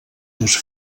dos